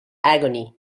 agony